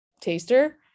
taster